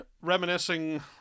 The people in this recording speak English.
reminiscing